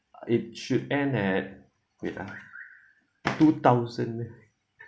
it should end at wait ah two thousand